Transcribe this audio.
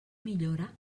millora